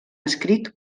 escrit